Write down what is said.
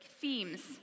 themes